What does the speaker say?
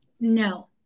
no